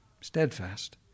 steadfast